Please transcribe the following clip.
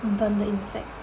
burn the insects